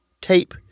tape